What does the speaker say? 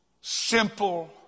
simple